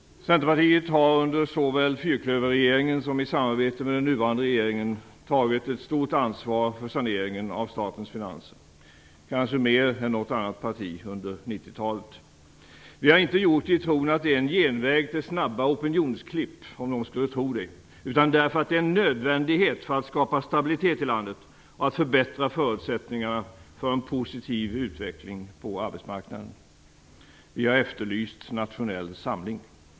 Centerpartiet har såväl under fyrklöverregeringen som i samarbete med den nuvarande regeringen tagit ett stort ansvar för saneringen av statens finanser, kanske mer än något annat parti under 1990-talet. Vi har inte gjort det i tron att det är en genväg till snabba opinionsklipp, om nu någon skulle tro det, utan därför att det är en nödvändighet för att skapa stabilitet i landet och förbättra förutsättningarna för en positiv utveckling på arbetsmarknaden. Vi har efterlyst nationell samling.